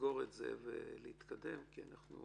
לסגור את זה ולהתקדם כי אנחנו